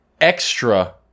Extra